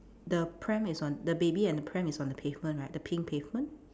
the pram is on the baby and the pram is on the pavement right the pink pavement